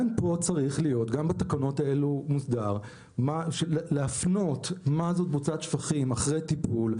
גם בתקנות האלו מוסדר להפנות מה זאת בוצת שפכים אחרי טיפול,